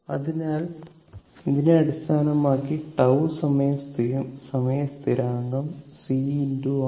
അതിനാൽ ഇതിനെ അടിസ്ഥാനമാക്കി τ സമയ സ്ഥിരാങ്കം C R